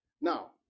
Now